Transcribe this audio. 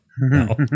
No